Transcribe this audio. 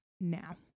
now